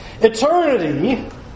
eternity